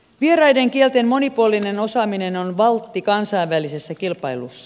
vieraiden kielten monipuolinen osaaminen on valtti kansainvälisessä kilpailussa